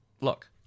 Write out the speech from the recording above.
Look